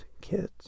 kids